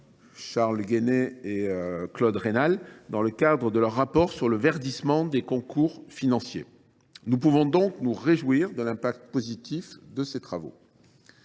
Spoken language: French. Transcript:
Charles Guené et Claude Raynal dans un rapport d’information sur le verdissement des concours financiers. Nous pouvons donc nous réjouir de l’impact positif de ces travaux.